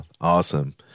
Awesome